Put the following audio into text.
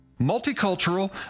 Multicultural